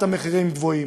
את המחירים הגבוהים.